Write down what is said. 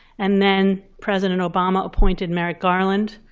and then president obama appointed merrick garland.